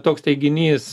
toks teiginys